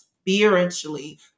spiritually